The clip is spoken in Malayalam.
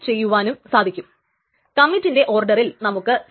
ആ സമയം ആകുമ്പോഴേക്കും Ti കമ്മിറ്റ് ചെയ്ത് കഴിഞ്ഞിട്ടുണ്ടാകും